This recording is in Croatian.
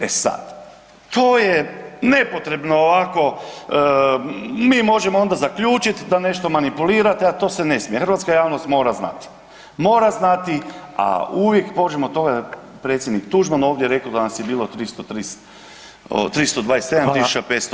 E sad, to je nepotrebno ovako, mi možemo onda zaključit da nešto manipulirate, a to se ne smije, hrvatska javnost mora znati, mora znati, a uvijek možemo o tome, predsjednik Tuđman je ovdje reko da nas je bilo 327.529.